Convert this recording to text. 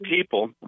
people